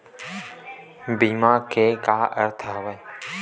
बीमा के का अर्थ हवय?